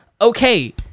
okay